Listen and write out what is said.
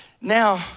Now